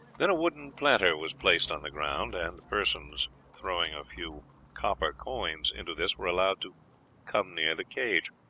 then a wooden platter was placed on the ground, and persons throwing a few copper coins into this were allowed to come near the cage.